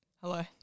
Hello